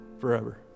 forever